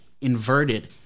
inverted